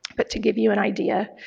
but to give you an idea.